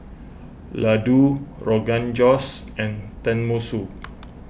Ladoo Rogan Josh and Tenmusu